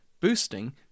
boosting